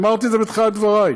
אמרתי את זה בתחילת דברי.